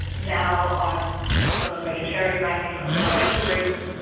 now ah i'm um a vegetarian, mainly for environmental reasons.